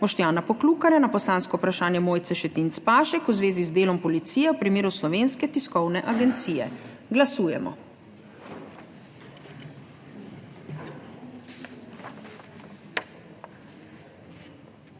Boštjana Poklukarja na poslansko vprašanje Mojce Šetinc Pašek v zvezi z delom policije v primeru Slovenske tiskovne agencije. Glasujemo.